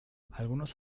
algunos